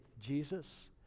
Jesus